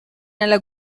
nella